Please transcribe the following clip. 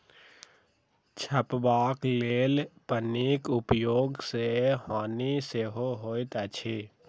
झपबाक लेल पन्नीक उपयोग सॅ हानि सेहो होइत अछि